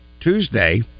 Tuesday